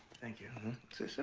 thank you. sit